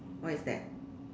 what is that